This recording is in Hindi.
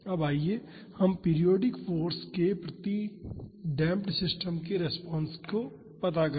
अब आइए हम पीरियाडिक फाॅर्स के प्रति डेमप्ड सिस्टम्स की रिस्पांस ज्ञात करें